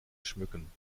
schmücken